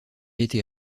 été